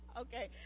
Okay